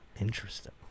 interesting